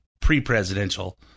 pre-presidential